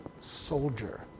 soldier